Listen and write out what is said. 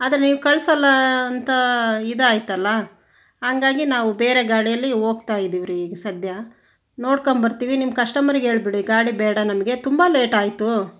ಆದ್ರೆ ನೀವು ಕಳ್ಸೋಲ್ಲ ಅಂತ ಇದಾಯ್ತಲ್ಲ ಹಂಗಾಗಿ ನಾವು ಬೇರೆ ಗಾಡಿಯಲ್ಲಿ ಹೋಗ್ತಾ ಇದ್ದೀವ್ರಿ ಈಗ ಸದ್ಯ ನೋಡ್ಕೊಂಬರ್ತೀವಿ ನಿಮ್ಮ ಕಸ್ಟಮರಿಗೆ ಹೇಳ್ಬಿಡಿ ಗಾಡಿ ಬೇಡ ನಮಗೆ ತುಂಬ ಲೇಟ್ ಆಯಿತು